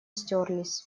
стёрлись